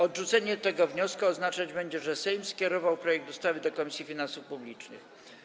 Odrzucenie tego wniosku oznaczać będzie, że Sejm skierował projekt ustawy do Komisji Finansów Publicznych.